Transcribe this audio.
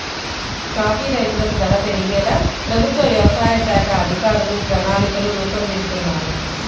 coffee రైతులకు ధర పెరిగేలా ప్రభుత్వ వ్యవసాయ శాఖ అధికారులు ప్రణాళికలు రూపొందిస్తున్నారు